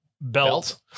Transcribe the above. belt